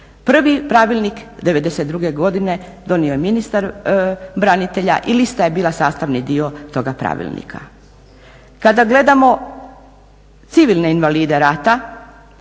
Prvi pravilnik '92. godine donio je ministar branitelja i lista je bila sastavni dio toga pravilnika. Kada gledamo civilne invalide rata